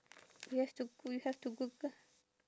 we have to we have to google